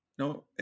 No